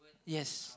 yes